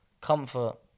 Comfort